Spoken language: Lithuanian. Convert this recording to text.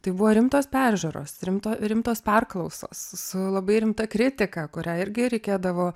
tai buvo rimtos peržiūros rimto rimtos perklausos su labai rimta kritika kurią irgi reikėdavo